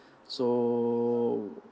so